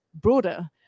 broader